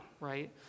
right